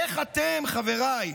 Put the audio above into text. איך אתם, חבריי,